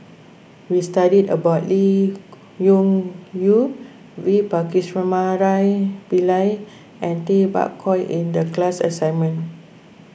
we studied about Lee Yong Yew V Pillai and Tay Bak Koi in the class assignment